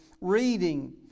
reading